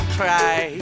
cry